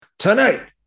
Tonight